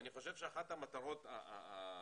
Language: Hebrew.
אני חושב שאחת המטרות המרכזיות,